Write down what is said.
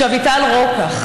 אביטל רוקח,